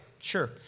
Sure